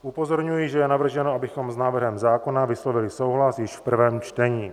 Upozorňuji, že je navrženo, abychom s návrhem zákona vyslovili souhlas již v prvém čtení.